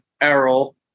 Errol